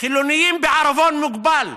חילונים בעירבון מוגבל.